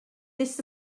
this